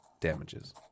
damages